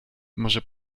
może